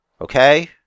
Okay